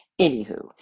Anywho